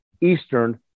Eastern